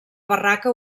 barraca